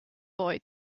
boy